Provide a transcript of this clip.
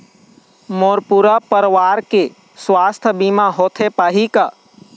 मोर पूरा परवार के सुवास्थ बीमा होथे पाही का?